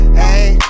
hey